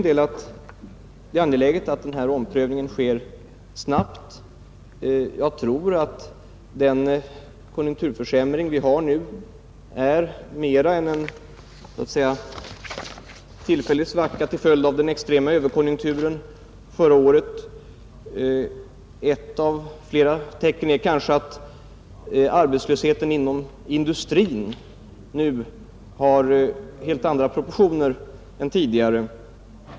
Det är angeläget att denna omprövning sker snabbt. Jag tror att den konjunkturförsämring vi har nu är mera än en tillfällig svacka till följd av den extrema överkonjunkturen förra året. Ett av flera tecken är kanske att arbetslösheten inom industrin nu har helt andra proportioner än tidigare.